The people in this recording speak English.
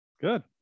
good